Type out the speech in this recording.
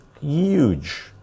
huge